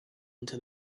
into